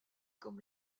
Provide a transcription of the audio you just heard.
comme